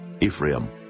Ephraim